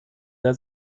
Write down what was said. der